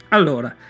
Allora